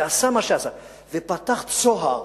שעשה מה שעשה ופתח צוהר